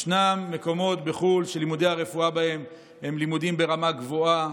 ישנם מקומות בחו"ל שלימודי הרפואה בהם הם ברמה גבוהה,